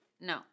no